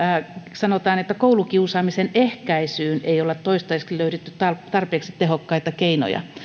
sanotaan että koulukiusaamisen ehkäisyyn ei olla toistaiseksi löydetty tarpeeksi tehokkaita keinoja